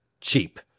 Cheap